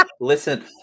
Listen